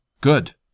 Good